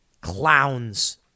Clowns